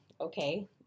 okay